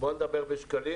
בוא נדבר בשקלים?